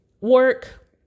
work